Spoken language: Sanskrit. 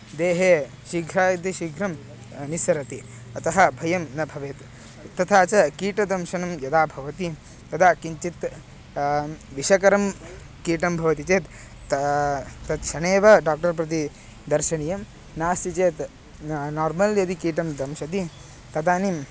देहे शीघ्रातिशीघ्रं निसरति अतः भयं न भवेत् तथा च कीटदंशनं यदा भवति तदा किञ्चित् विषकरं कीटं भवति चेत् ता तत् क्षणेव डाक्टर् प्रति दर्शनीयं नास्ति चेत् नार्मल् यदि कीटं दंशति तदानीम्